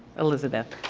elizabeth.